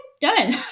done